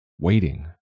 waiting